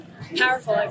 powerful